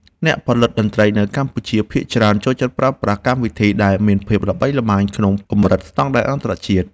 អ្នកផលិតតន្ត្រីនៅកម្ពុជាភាគច្រើនចូលចិត្តប្រើប្រាស់កម្មវិធីដែលមានភាពល្បីល្បាញក្នុងកម្រិតស្ដង់ដារអន្តរជាតិ។